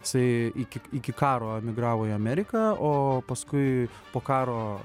jisai iki iki karo emigravo į ameriką o paskui po karo